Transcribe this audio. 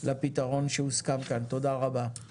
לפתרון שהוסכם כאן, תודה רבה.